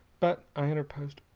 but, i interposed,